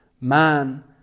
man